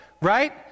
right